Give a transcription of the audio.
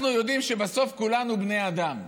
אנחנו יודעים שבסוף כולנו בני אדם.